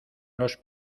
los